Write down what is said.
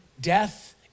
death